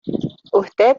usted